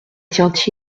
tient